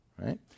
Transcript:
right